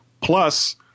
Plus